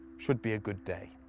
should be a good day.